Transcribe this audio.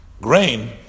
grain